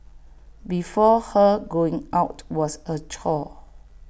before her going out was A chore